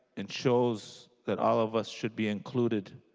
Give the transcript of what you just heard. and shows that all of us should be included.